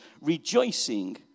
rejoicing